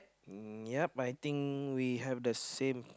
uh ya I think we have the same